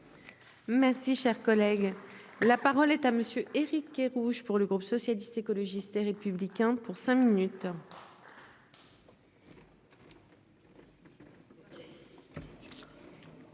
Merci, cher collègue, la parole est à monsieur Éric Kerrouche pour le groupe socialiste, écologiste et républicain pour cinq minutes.--